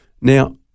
Now